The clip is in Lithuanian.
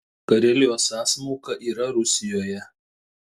karelijos sąsmauka yra rusijoje